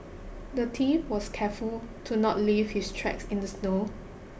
the thief was careful to not leave his tracks in the snow